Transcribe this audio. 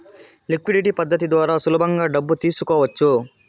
liquidity పద్ధతి ద్వారా సులభంగా డబ్బు తీసుకోవచ్చు